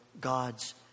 God's